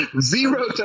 Zero